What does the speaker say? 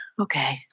okay